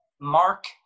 Mark